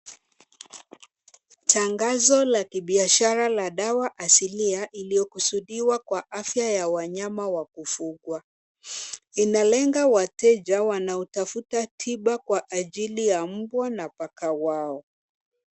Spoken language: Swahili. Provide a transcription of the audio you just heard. Tangazo la kibiashara la dawa asilia iliyokusudiwa kwa afya ya wanyama wa kufugwa. Inalenga wateja wanatafuta tiba kwa ajili ya mbwa na paka wao.